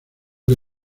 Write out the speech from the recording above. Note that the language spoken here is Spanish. que